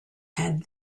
had